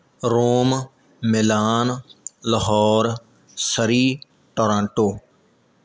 Rome Milan Lahore Surrey Toronto